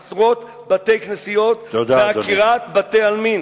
עשרות בתי-כנסיות ועקירת בתי-עלמין.